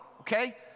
Okay